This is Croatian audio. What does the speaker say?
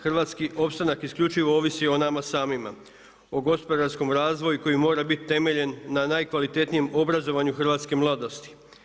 Hrvatski opstanak isključivo ovisi o nama samima, o gospodarskom razvoju koji mora biti temeljen na najkvalitetnijem obrazovanju hrvatske mladosti.